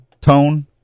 tone